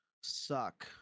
suck